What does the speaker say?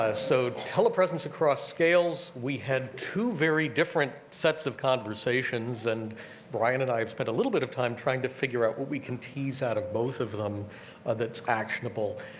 ah so telepresence across scales. we had two very different sets of conversations, and brian and i have spent a little bit of time trying to figure out what we can tease out of both of them that's actionable.